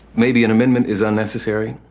maybe an amendment is unnecessary.